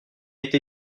été